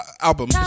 album